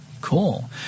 Cool